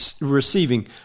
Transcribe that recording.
receiving